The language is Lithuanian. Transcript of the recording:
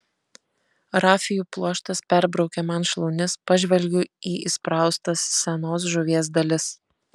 rafijų pluoštas perbraukia man šlaunis pažvelgiu į įspraustas senos žuvies dalis